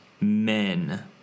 men